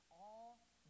all-